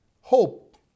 hope